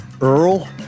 Earl